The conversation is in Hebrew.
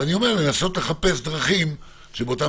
אבל אני אומר לנסות לחפש דרכים שבאותם